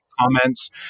Comments